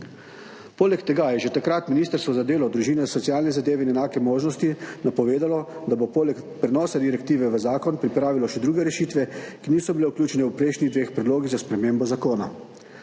Poleg tega je že takrat Ministrstvo za delo, družino, socialne zadeve in enake možnosti napovedalo, da bo poleg prenosa direktive v zakon pripravilo še druge rešitve, ki niso bile vključene v prejšnjih dveh predlogih za spremembo zakona.